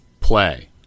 Play